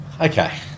Okay